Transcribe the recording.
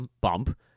bump